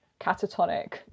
catatonic